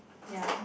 ya